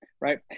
Right